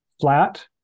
flat